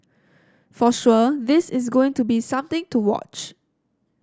for sure this is going to be something to watch